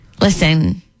listen